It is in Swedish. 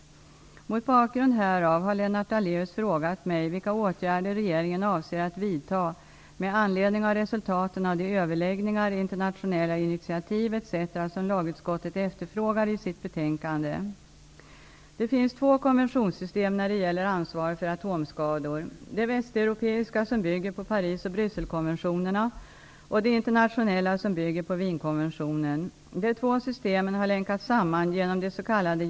Mot bakgrund härav har Lennart Daléus frågat mig vilka åtgärder regeringen avser att vidta med anledning av resultaten av de överläggningar, internationella initiativ etc. som lagutskottet efterfrågade i sitt betänkande. Det finns två konventionssystem när det gäller ansvar för atomskador; det västeuropeiska som bygger på Parisoch Brysselkonventionerna och det internationella som bygger på Wienkonventionen. De två systemen har länkats samman genom det s.k.